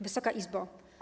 Wysoka Izbo!